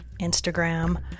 Instagram